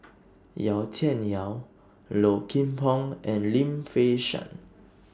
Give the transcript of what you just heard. Yau Tian Yau Low Kim Pong and Lim Fei Shen